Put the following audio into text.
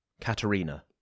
Katerina